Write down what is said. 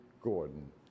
Gordon